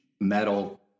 metal